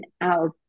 out